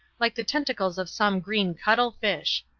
like the tentacles of some green cuttlefish.